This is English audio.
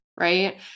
right